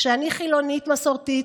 כשאני חילונית מסורתית,